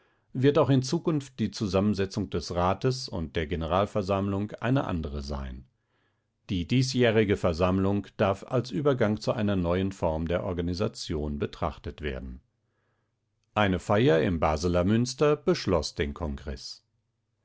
wird auch in zukunft die zusammensetzung des rates und der generalversammlung eine andere sein die diesjährige versammlung darf als übergang zu einer neuen form der organisation betrachtet werden eine feier im baseler münster beschloß den kongreß